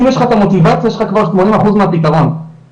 אם יש לך מוטיבציה כבר יש לך שמונים אחוז מהפתרון והחברה